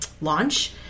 launch